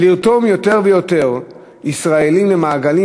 ולרתום יותר ויותר ישראלים למעגלים